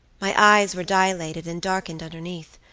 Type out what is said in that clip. my eyes were dilated and darkened underneath,